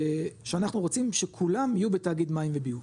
שאנחנו רוצים שכולם יהיו בתאגיד מים וביוב,